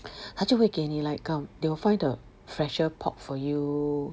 他就会给你 like come they will find the fresher pork for you